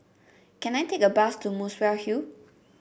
can I take a bus to Muswell Hill